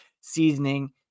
seasoning